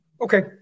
Okay